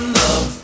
love